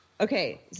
Okay